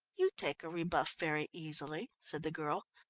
you take a rebuff very easily, said the girl,